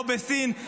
לא בסין,